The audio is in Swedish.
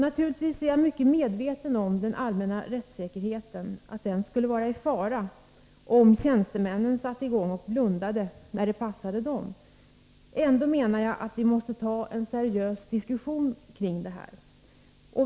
Naturligtvis är jag mycket medveten om att den allmänna rättssäkerheten skulle vara i fara om tjänstemännen satte i gång och blundade när det passade dem. Ändå menar jag att vi måste ta en seriös diskussion kring detta.